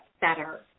better